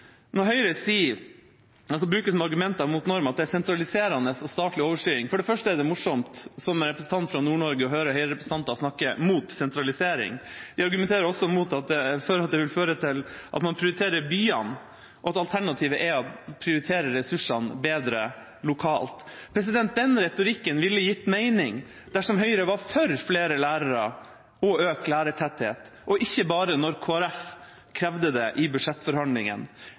Når Høyre bruker som argument mot norm at det er «sentraliserende» og «statlig overstyring», så er det for det første morsomt som representant fra Nord-Norge å høre Høyre-representanter snakke mot sentralisering. De bruker også som argument mot norm at det vil føre til at man prioriterer byene, og at alternativet er å prioritere ressursene bedre lokalt. Den retorikken ville gitt mening dersom Høyre var for flere lærere og økt lærertetthet – og ikke bare når Kristelig Folkeparti krevde det i budsjettforhandlingene.